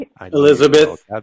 elizabeth